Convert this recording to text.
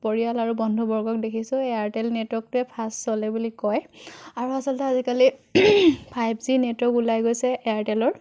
পৰিয়াল আৰু বন্ধুবৰ্গক দেখিছোঁ এয়াৰটেল নেটৱৰ্কটোৱে ফাষ্ট চলে বুলি কয় আৰু আচলতে আজিকালি ফাইভ জি নেটৱৰ্ক ওলাই গৈছে এয়াৰটেলৰ